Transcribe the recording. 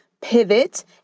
pivot